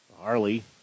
Harley